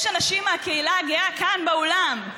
יש אנשים מהקהילה הגאה כאן באולם,